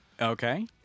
Okay